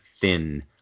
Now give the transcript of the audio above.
thin